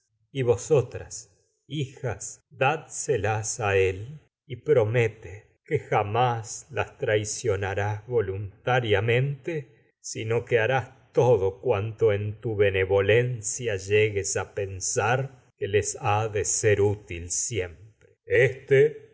y vosotras hijas dádselas a él y promete que las traicionarás en voluntariamente llegues sino que harás todo cuanto tu benevolencia a pensar que sin les ha de vacilar lo le ser útil siempre este